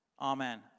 Amen